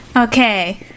Okay